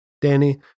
Danny